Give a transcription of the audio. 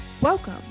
Welcome